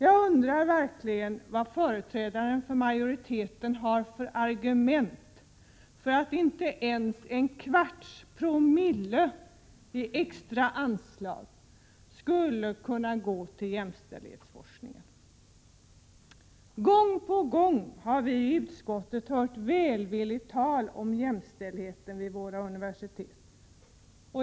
Jag undrar verkligen vad företrädaren för majoriteten har för argument för att inte ens en kvarts promille i extra anslag skulle kunna gå till jämställdhetsforskningen. Gång på gång har vi i utskottet hört välvilligt tal om vikten av jämställdhet vid våra universitet.